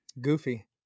goofy